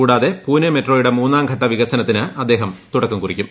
കൂടാതെ പൂനെ മെട്രോയുടെ മൂന്നാംഘട്ട വികസനത്തിന് അദ്ദേഹം തുടക്കം കുറിക്കും